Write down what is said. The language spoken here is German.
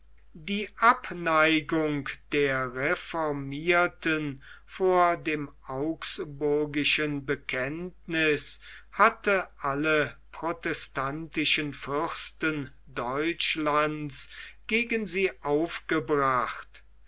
die abneigung der reformierten vor dem augsburgischen bekenntniß hatte alle protestantischen fürsten deutschlands gegen sie aufgebracht